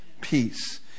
peace